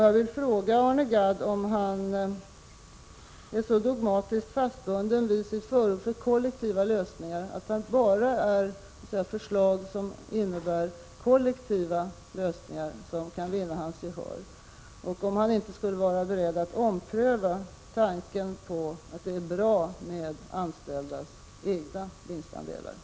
Jag vill fråga Arne Gadd om han är så dogmatiskt bunden vid sitt förord för kollektiva lösningar att det bara är förslag som innebär kollektiva lösningar som kan vinna hans gehör och om han inte skulle kunna vara beredd att pröva tanken att det är bra med egna vinstandelar för anställda.